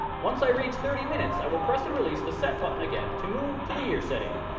once i reach thirty minutes i will press and release the set button again to move to the year setting.